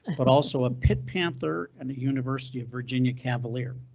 but also a pitt panther and the university of virginia cavalier.